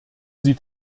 sie